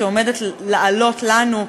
שעומדת לעלות לנו,